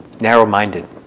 narrow-minded